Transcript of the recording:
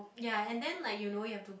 ya and then like you know you have to